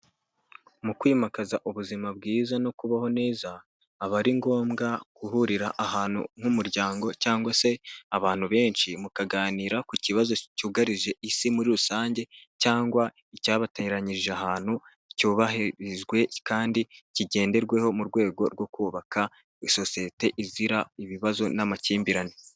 Mu kwimakaza ubuzima bwiza no kubaho neza aba ari ngombwa guhurira ahantu nk'umuryango cyangwa se abantu benshi, mukaganira ku kibazo cyugarije isi muri rusange cyangwa icyabateranyirije ahantu cyubahirizwe kandi kigenderweho. Mu rwego rwo kubaka sosiyete izira ibibazo n'amakimbirane.